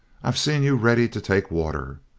i've seen you ready to take water.